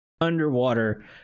underwater